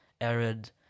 arid